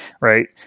right